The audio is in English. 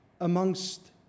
amongst